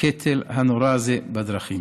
הקטל הנורא הזה בדרכים.